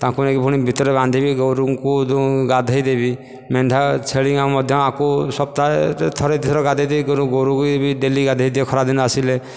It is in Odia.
ତାଙ୍କୁ ନେଇକି ପୁଣି ଭିତରେ ବାନ୍ଧିବି ତାପରେ ଗୋରୁଙ୍କୁ ଗାଧୋଇ ଦେବି ମେଣ୍ଢା ଛେଳି ମଧ୍ୟ ୟାଙ୍କୁ ସପ୍ତାହେ ଥରେ ଦୁଇ ଥର ଗାଧୋଇ ଦେଇ ଗୋରୁଙ୍କୁ ବି ଡେଲି ଗାଧୋଇ ଦିଏ ଖରାଦିନ ଆସିଲେ